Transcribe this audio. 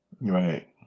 Right